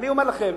אומר לכם,